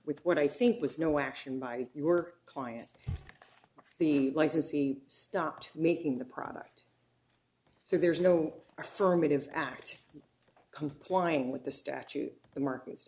with what i think was no action by your client the licensee stopped making the product so there is no affirmative act complying with the statute the market